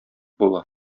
була